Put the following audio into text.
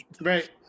Right